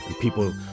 People